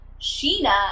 Sheena